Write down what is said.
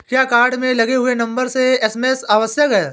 क्या कार्ड में लगे हुए नंबर से ही एस.एम.एस आवश्यक है?